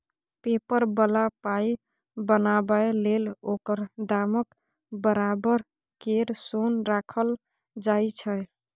paper बला पाइ बनाबै लेल ओकर दामक बराबर केर सोन राखल जाइ छै